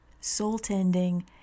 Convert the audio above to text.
soul-tending